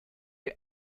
you